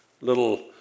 little